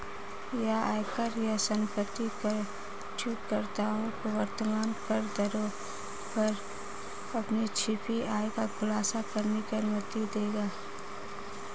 यह आयकर या संपत्ति कर चूककर्ताओं को वर्तमान करदरों पर अपनी छिपी आय का खुलासा करने की अनुमति देगा